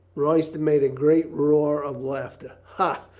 royston made a great roar of laughter. ha!